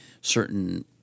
certain –